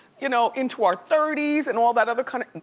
you know, into our thirty s and all that other kinda,